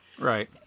Right